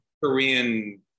Korean